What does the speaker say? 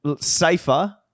safer